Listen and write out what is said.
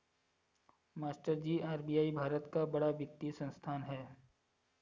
मास्टरजी आर.बी.आई भारत का बड़ा वित्तीय संस्थान है